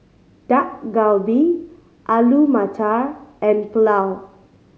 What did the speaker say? Dak Galbi Alu Matar and Pulao